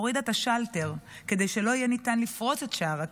הורידה את השלטר כדי שלא יהיה ניתן לפרוץ את שער הקיבוץ,